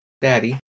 daddy